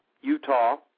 Utah